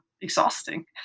exhausting